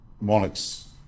monarchs